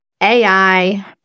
AI